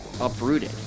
uprooted